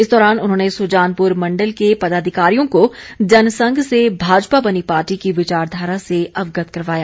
इस दौरान उन्होंने सुजानपुर मंडल के पदाधिकारियों को जनसंघ से भाजपा बनी पार्टी की विचारधारा से अवगत करवाया